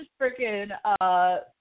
freaking